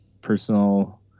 personal